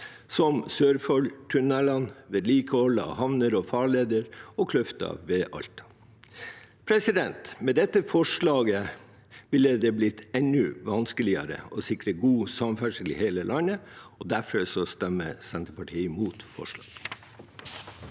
som Sørfoldtunnelene, vedlikehold av havner og farleder og Kløfta ved Alta. Med dette forslaget ville det blitt enda vanskeligere å sikre god samferdsel i hele landet, og derfor stemmer Senterpartiet imot forslaget.